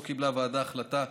לא קיבלה הוועדה החלטה,